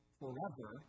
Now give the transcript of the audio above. forever